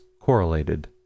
correlated